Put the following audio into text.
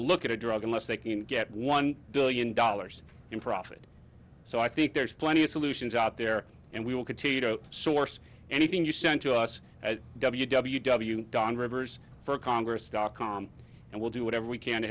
look at a drug unless they can get one billion dollars in profit so i think there's plenty of solutions out there and we will continue to source anything you send to us at w w w dan rivers for congress dot com and we'll do whatever we can to